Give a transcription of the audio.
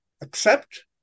accept